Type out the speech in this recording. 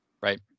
right